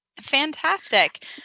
Fantastic